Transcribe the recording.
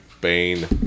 Bane